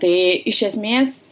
tai iš esmės